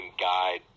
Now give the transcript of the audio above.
guide